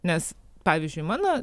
nes pavyzdžiui mano